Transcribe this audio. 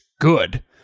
good